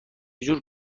جور